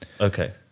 Okay